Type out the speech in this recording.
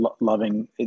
loving